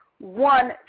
one